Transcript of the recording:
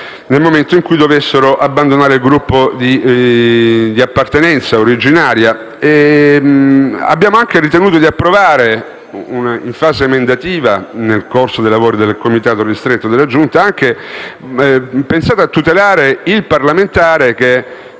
nel momento in cui si dovesse abbandonare il Gruppo di appartenenza originaria. Abbiamo anche ritenuto di approvare, in fase emendativa, nel corso dei lavori del Comitato ristretto della Giunta, una norma volta a tutelare il parlamentare, che